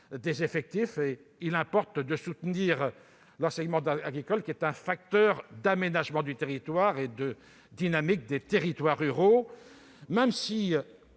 des effectifs. Il importe de soutenir l'enseignement agricole, facteur d'aménagement du territoire et de dynamique des territoires ruraux. Cela